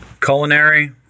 culinary